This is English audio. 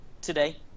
today